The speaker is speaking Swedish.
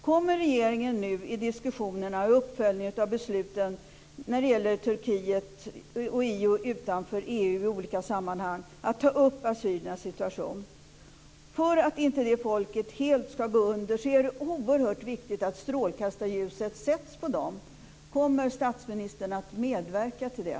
Kommer regeringen nu i diskussionerna och i uppföljningen av besluten när det gäller Turkiet, i och utanför EU i olika sammanhang, att ta upp assyriernas situation? För att inte det folket helt ska gå under är det oerhört viktigt att strålkastarljuset sätts på dem. Kommer statsministern att medverka till det?